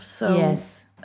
Yes